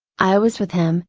i was with him,